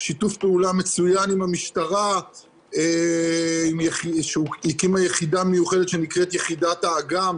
שיתוף פעולה מצוין עם המשטרה שהקימה יחידה מיוחדת שנקראת יחידת האגם,